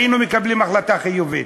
היינו מקבלים החלטה חיובית.